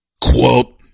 Quote